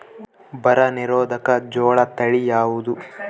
ಬರ ನಿರೋಧಕ ಜೋಳ ತಳಿ ಯಾವುದು?